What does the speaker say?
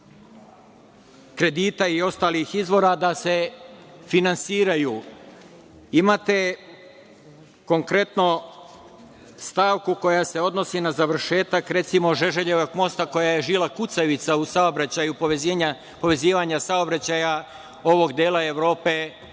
kredita i ostalih izvora da se finansiraju. Konkretno, imate stavku koja se odnosi na završetak Žeželjevog mosta koji je žila kucavica u povezivanju saobraćaja ovog dela Evrope